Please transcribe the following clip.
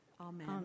Amen